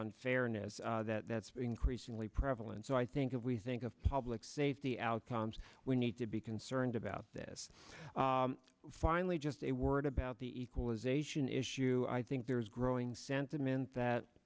unfairness that that's increasingly prevalent so i think if we think of public safety outcomes we need to be concerned about this finally just a word about the equalization issue i think there's a growing sentiment that